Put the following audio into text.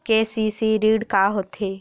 KCC ऋण का होथे?